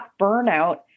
burnout